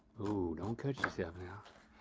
ooh, don't cut yourself now.